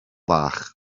fach